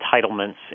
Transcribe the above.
entitlements